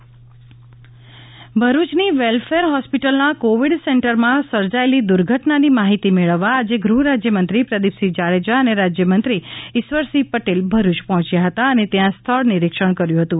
ભરૂચ આગ ભરૂચની વેલ્ફેર ફોસ્પિટલના કોવિડ સેન્ટરમાં સર્જાચેલી દુર્ધટનાની માહિતી મેળવવા આજે ગુહ રાજયમંત્રી પ્રદીપસિંહ જાડેજા ને રાજયમંત્રી ઇશ્વરસિંહ પટેલ પહોચ્યા હતા ને સ્થળ નીરીક્ષણ કર્યુ હતું